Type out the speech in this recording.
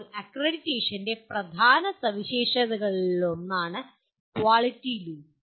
ഇപ്പോൾ അക്രഡിറ്റേഷന്റെ പ്രധാന സവിശേഷതകളിലൊന്നാണ് ക്വാളിറ്റി ലൂപ്പ്